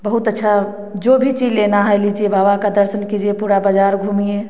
बहुत अच्छा जो भी चीज लेना है लीजिए बाबा का दर्शन कीजिए पूरा बाज़ार घूमिए